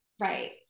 Right